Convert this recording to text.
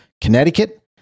Connecticut